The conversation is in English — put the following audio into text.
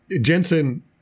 Jensen